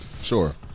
sure